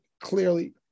clearly